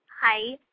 Hi